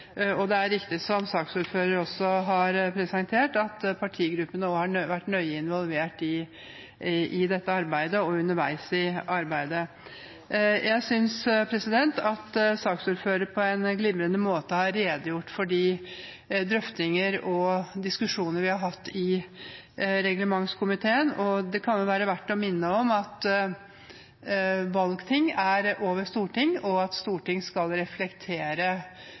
arbeidet. Det er riktig som saksordføreren også har presentert, at partigruppene har vært nøye involvert i dette arbeidet og underveis i arbeidet. Jeg synes saksordføreren på en glimrende måte har redegjort for de drøftinger og diskusjoner vi har hatt i reglementskomiteen. Det kan være verdt å minne om at valgting er over storting, og at storting skal reflektere